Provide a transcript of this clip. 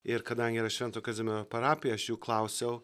ir kadangi yra švento kazimiero parapija aš jų klausiau